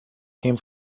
came